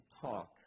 talk